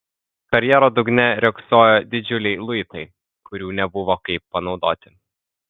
karjero dugne riogsojo didžiuliai luitai kurių nebuvo kaip panaudoti